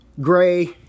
gray